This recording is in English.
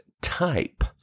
type